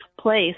place